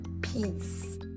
Peace